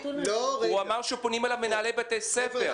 הוא אמר שפונים אליו מנהלי בתי ספר.